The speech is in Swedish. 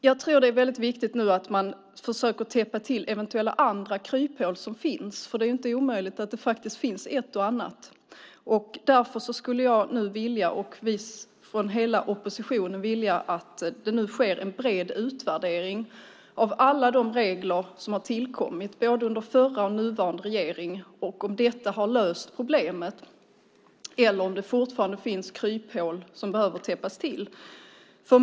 Jag tror att det är väldigt viktigt att man försöker täppa till andra eventuella kryphål som finns, för det är inte omöjligt att det finns ett och annat. Därför skulle jag, och hela oppositionen, vilja att det nu sker en bred utvärdering av alla de regler som har tillkommit, både under den förra och den nuvarande regeringen, om detta har löst problemet eller om det fortfarande finns kryphål som behöver täppas till.